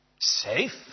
Safe